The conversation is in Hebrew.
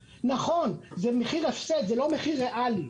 נכון, זה מחיר הפסד, זה לא מחיר ריאלי.